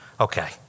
Okay